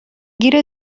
گیر